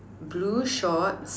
blue shorts